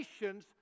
nations